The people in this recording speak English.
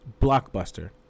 blockbuster